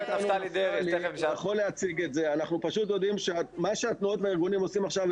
אנחנו יודעים שמה שהתנועות והארגונים עושים עכשיו,